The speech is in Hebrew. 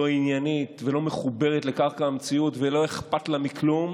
לא עניינית ולא מחוברת לקרקע המציאות ולא אכפת לה מכלום,